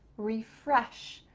refresh,